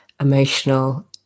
emotional